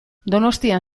donostian